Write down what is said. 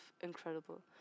incredible